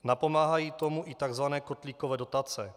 Napomáhají tomu i takzvané kotlíkové dotace.